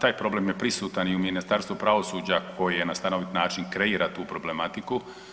Taj problem je prisutan i u Ministarstvu pravosuđa koji na stanovit način kreira tu problematiku.